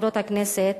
חברות הכנסת,